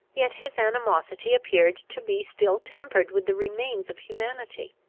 yet his animosity appeared to be still tempered with the remains of humanity.